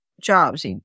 jobs